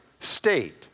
state